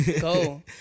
Go